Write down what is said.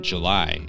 July